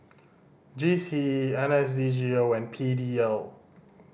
G C E N S D G O and P D L